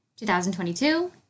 2022